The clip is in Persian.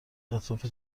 اطراف